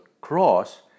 cross